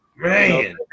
man